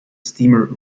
steamer